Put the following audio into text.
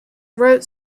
wrote